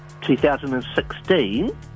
2016